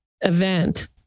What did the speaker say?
event